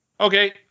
Okay